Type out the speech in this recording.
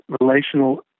relational